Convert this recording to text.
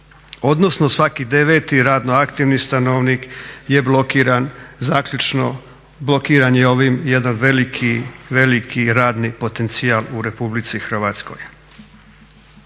odnosno svaki 9 radno aktivni stanovnik je blokiran, zaključno blokiran je ovim jedan veliki radni potencijal u RH.